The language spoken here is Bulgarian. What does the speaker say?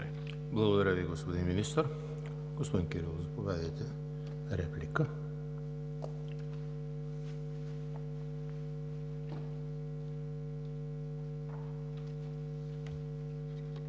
Благодаря Ви, господин Министър. Господин Кирилов, заповядайте – реплика.